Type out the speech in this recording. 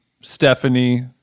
Stephanie